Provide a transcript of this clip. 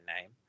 name